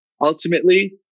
Ultimately